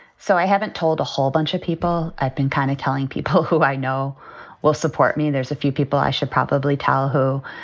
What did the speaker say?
so i haven't told a whole bunch of people. i've been kind of telling people who i know will support me. there's a few people i should probably tell who